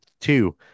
two